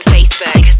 Facebook